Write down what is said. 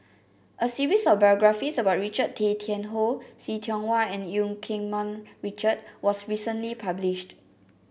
a series of biographies about Richard Tay Tian Hoe See Tiong Wah and Eu Keng Mun Richard was recently published